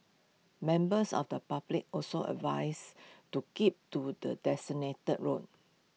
members of the public also advised to keep to the designated route